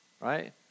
right